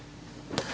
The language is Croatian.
Hvala.